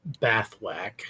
Bathwack